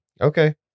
Okay